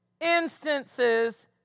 instances